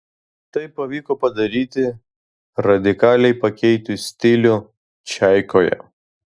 tai pavyko padaryti radikaliai pakeitus stilių čaikoje